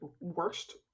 worst